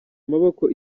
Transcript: amaboko